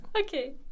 Okay